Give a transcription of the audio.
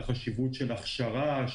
על חשיבות ההכשרה,